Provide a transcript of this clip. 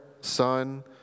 Son